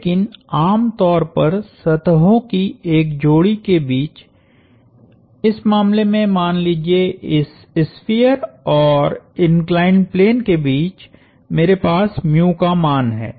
लेकिन आम तौर पर सतहों की एक जोड़ी के बीच इस मामले में मान लीजिये इस स्फीयर और इंक्लाइंड प्लेन के बीच मेरे पासका मान है